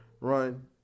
run